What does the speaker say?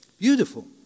Beautiful